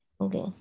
Okay